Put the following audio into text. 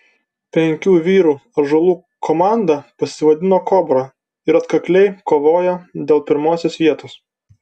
penkių vyrų ąžuolų komanda pasivadino kobra ir atkakliai kovojo dėl pirmosios vietos